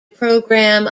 program